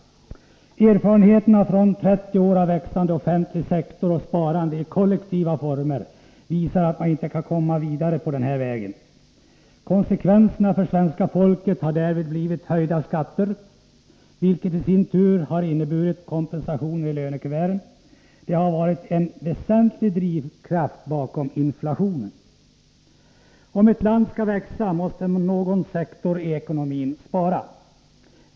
Erfarenheterna från 30 år av växande offentlig sektor och sparande i kollektiva former visar att man inte kan komma vidare på den vägen. Konsekvenserna för svenska folket har blivit höjda skatter, vilket i sin tur har inneburit kompensationer i lönekuverten. Detta har varit en väsentlig drivkraft bakom inflationen. Om ett land skall växa, måste någon sektor i ekonomin spara.